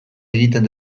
egiten